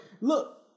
Look